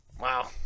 Wow